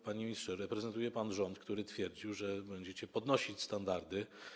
Panie ministrze, reprezentuje pan rząd, który twierdził, że będzie podnosić standardy.